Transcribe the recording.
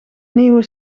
nieuwe